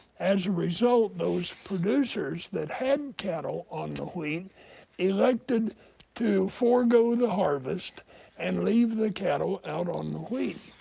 as a result, those producers that had cattle on the wheat elected to forego the harvest and leave the cattle out on the wheat.